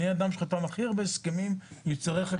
אני אדם שחתם הכי הרבה הסכמים עם שרי החקלאות לדורותיהם.